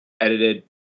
edited